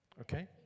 Okay